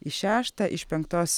į šeštą iš penktos